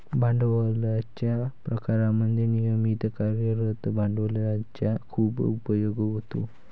भांडवलाच्या प्रकारांमध्ये नियमित कार्यरत भांडवलाचा खूप उपयोग होतो